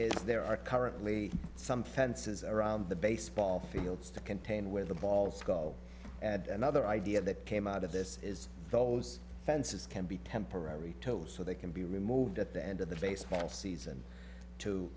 is there are currently some fences around the baseball fields to contain where the ball skull another idea that came out of this is those fences can be temporary toes so they can be removed at the end of the baseball season to